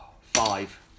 five